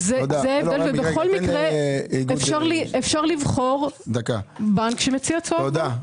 ובכל מקרה, אפשר לבחור בנק שמציע- - תודה.